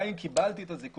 גם אם קיבלתי את הזיכוי,